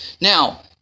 Now